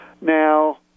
now